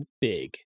big